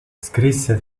scrisse